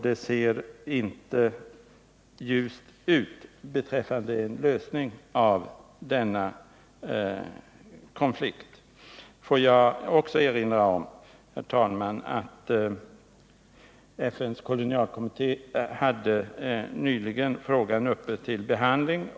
Det ser alltså inte ljust ut när det gäller en lösning av denna konflikt. Jag vill också, herr talman, erinra om att FN:s kolonialkommitté nyligen haft frågan uppe till behandling.